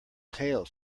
tales